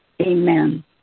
Amen